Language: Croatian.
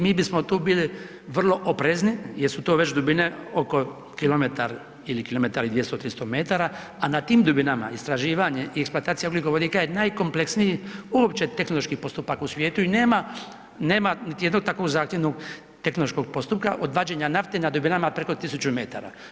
Mi bismo tu bili vrlo oprezni, jer su to već dubine oko kilometar ili kilometar i dvjesto tristo metara, a na tim dubinama istraživanje i eksploatacija ugljikovodika je najkompleksniji uopće tehnološki postupak u svijetu i nema niti jednog tako zahtjevnog tehnološkog postupka od vađenja nafte na dubinama preko tisuću metara.